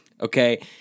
Okay